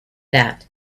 that